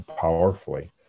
powerfully